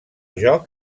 joc